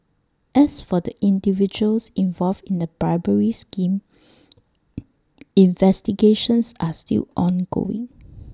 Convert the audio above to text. as for the individuals involved in the bribery scheme investigations are still ongoing